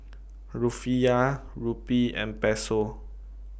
Rufiyaa Rupee and Peso